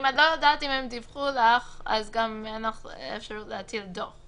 אם את לא יודעת אם דיווחו לך אז גם אין לך אפשרות להטיל דוח.